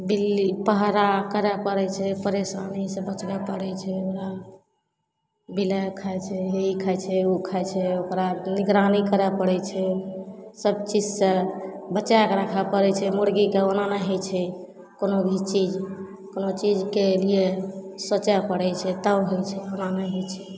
बिल्ली पहरा करै पड़ै छै परेशानीसे बचबै पड़ै छै ओना नहि बिलाइ खाइ छै हे ई खाइ छै हे ओ खाइ छै ओकरा निगरानी करै पड़ै छै सबचीजसे बचैके राखै पड़ै छै मुरगीके ओना नहि होइ छै कोनो भी चीज कोनो चीजके लिए सोचै पड़ै छै तब होइ छै ओना नहि होइ छै